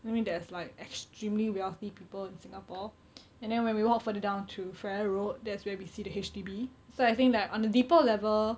I mean there's like extremely wealthy people in singapore and then when we walked further down to farrer road that's where we see the H_D_B so I think that on a deeper level